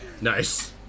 Nice